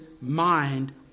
mind